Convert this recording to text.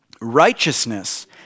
Righteousness